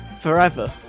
forever